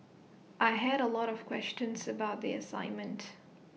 I had A lot of questions about the assignment